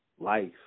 life